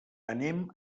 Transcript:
anem